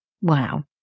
wow